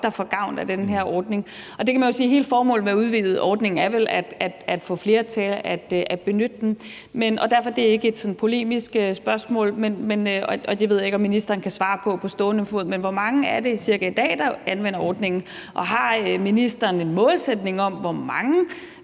der får gavn af den her ordning. Og man kan jo sige, at hele formålet med at udvide ordningen vel er at få flere til at benytte den. Mit spørgsmål er ikke sådan et polemisk spørgsmål, og jeg ved ikke, om ministeren kan svare på det på stående fod, men hvor mange er det cirka i dag, der anvender ordningen, og har ministeren en målsætning om, hvor mange